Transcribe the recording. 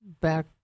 back